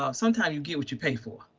ah sometimes you get what you pay for.